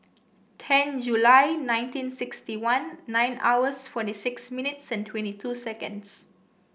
ten July nineteen sixty one nine hours forty six minutes and twenty two seconds